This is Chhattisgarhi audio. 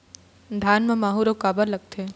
धान म माहू रोग काबर लगथे?